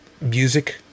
music